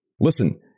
Listen